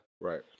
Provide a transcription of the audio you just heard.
Right